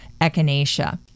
Echinacea